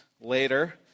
later